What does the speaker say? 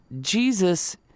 Jesus